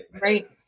Right